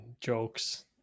jokes